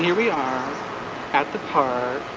yeah we are at the park.